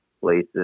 places